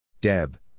Deb